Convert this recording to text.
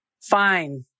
fine